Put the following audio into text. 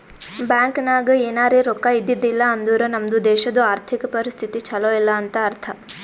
bank ನಾಗ್ ಎನಾರೇ ರೊಕ್ಕಾ ಇದ್ದಿದ್ದಿಲ್ಲ ಅಂದುರ್ ನಮ್ದು ದೇಶದು ಆರ್ಥಿಕ್ ಪರಿಸ್ಥಿತಿ ಛಲೋ ಇಲ್ಲ ಅಂತ ಅರ್ಥ